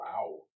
Wow